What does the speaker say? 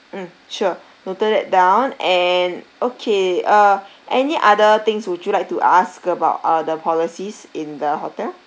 mm sure noted that down and okay uh any other things would you like to ask about uh the policies in the hotel